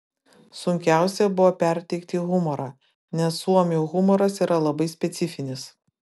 sunkiausia buvo perteikti humorą nes suomių humoras yra labai specifinis